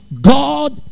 God